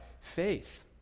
faith